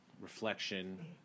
reflection